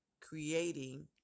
creating